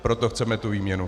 Proto chceme tu výměnu.